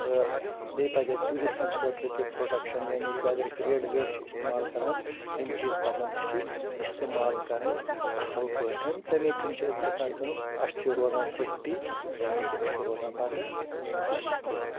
تہٕ بیٚیہِ پَزِ اسہِ گُرِس خٲطرٕ تہِ پرٛوٹیٚکشَن یعنی کہ اگر أسۍ ریڈٕ ویڈٕ چھِ استعمال کَران یِم چیٖز پَزَن اسہِ اِستعمال کَرٕنۍ اصٕل پٲٹھۍ تمیٚے کِنۍ چھ اسہِ گَژھان کٲم اسہِ چھ روزان سیفٹی یعنی کہِ أسۍ چھِ روزان پَتہٕ یعنی کہِ سِکیٛور